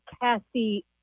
Cassie